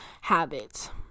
habit